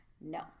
no